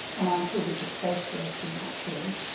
and i included the space race in that really.